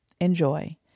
Enjoy